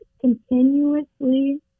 continuously